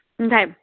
Okay